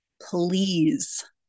Please